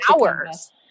hours